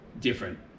different